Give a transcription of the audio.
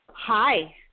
Hi